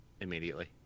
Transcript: immediately